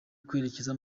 kwerekeza